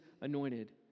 anointed